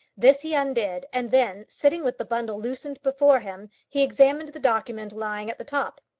this he undid, and then, sitting with the bundle loosened before him, he examined the document lying at the top.